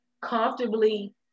comfortably